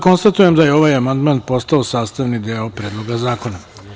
Konstatujem da je ovaj amandman postao sastavni deo Predloga zakona.